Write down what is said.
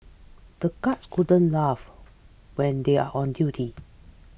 the guards couldn't laugh when they are on duty